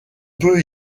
peut